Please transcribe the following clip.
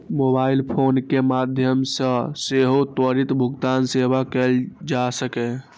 mobile phone के माध्यम सं सेहो त्वरित भुगतान सेवा कैल जा सकैए